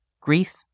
grief